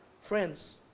Friends